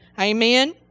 Amen